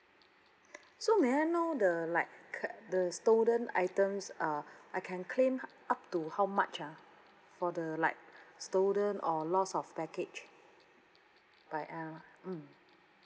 so may I know the like the stolen items uh I can claim up to how much ah for the like stolen or loss of package by airl~ mm